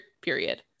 period